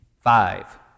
Five